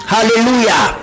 Hallelujah